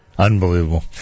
Unbelievable